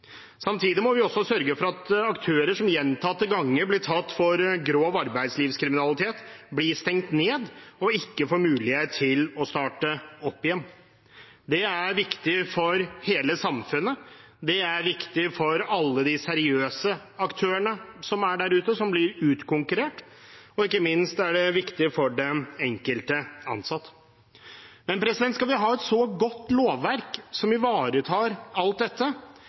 blir stengt ned og ikke får mulighet til å starte opp igjen. Det er viktig for hele samfunnet. Det er viktig for alle de seriøse aktørene som er der ute, og som blir utkonkurrert, og ikke minst er det viktig for den enkelte ansatte. Men skal vi ha et godt lovverk som ivaretar alt dette,